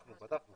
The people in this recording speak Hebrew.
פתחנו.